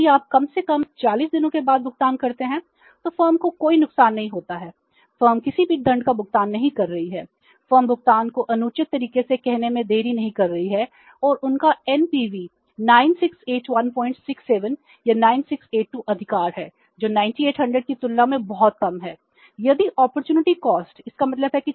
यदि आप कम से कम 40 दिनों के बाद भुगतान करते हैं तो फर्म को कोई नुकसान नहीं होता है फर्म किसी भी दंड का भुगतान नहीं कर रही है फर्म भुगतान को अनुचित तरीके से कहने में देरी नहीं कर रही है और उनका एनपीवी 30 है